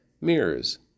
mirrors